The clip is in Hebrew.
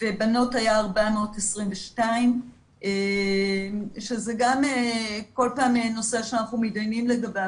ובנות היה 422. זה גם כל פעם נושא שאנחנו מתדיינים לגביו,